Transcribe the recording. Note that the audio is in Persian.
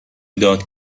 داد